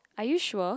are you sure